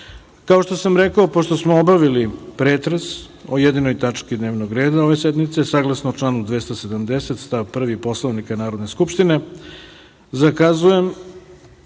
što sam rekao, pošto smo obavili pretres o jedinoj tački dnevnog reda ove sednice, saglasno članu 270. stav 1. Poslovnika Narodne skupštine zakazujem,